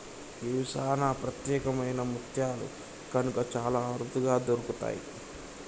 గివి సానా ప్రత్యేకమైన ముత్యాలు కనుక చాలా అరుదుగా దొరుకుతయి